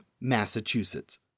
Massachusetts